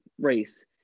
race